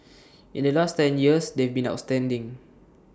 in the last ten years they've been outstanding